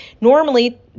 normally